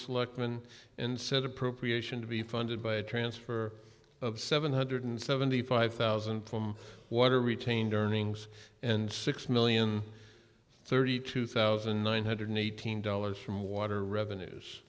selectmen and set appropriation to be funded by a transfer of seven hundred seventy five thousand from water retained earnings and six million thirty two thousand nine hundred eighteen dollars from water revenues